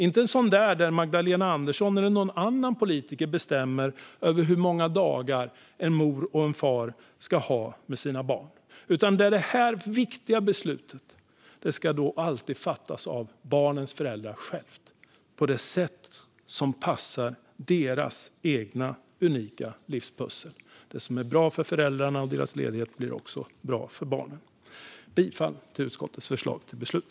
Inte en försäkring där Magdalena Andersson eller någon annan politiker bestämmer över hur många dagar en mor och en far ska ha med sina barn, utan en försäkring där det viktiga beslutet alltid fattas av barnens föräldrar själva på det sätt som passar deras egna unika livspussel. Det som är bra för föräldrarna blir också bra för barnen. Jag yrkar bifall till utskottets förslag till beslut.